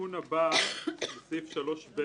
התיקון הבא הוא בסעיף 3(ב)